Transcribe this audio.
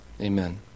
Amen